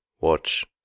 watch